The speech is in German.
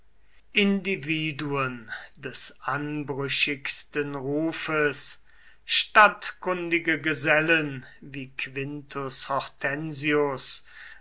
individuen des anbrüchigsten rufes stadtkundige gesellen wie quintus hortensius